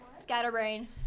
Scatterbrain